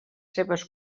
seves